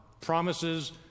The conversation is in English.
Promises